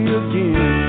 again